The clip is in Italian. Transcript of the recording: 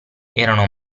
erano